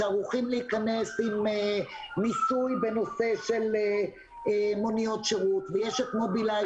שערוכים להכנס עם ניסוי בנושא של מוניות שירות ויש את מובילאיי